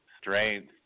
strength